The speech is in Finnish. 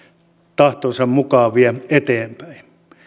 tahtonsa mukaan vie eteenpäin